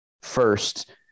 first